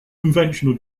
conventional